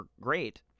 great